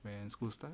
and school staff